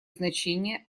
значение